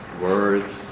words